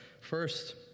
first